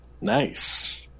Nice